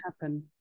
happen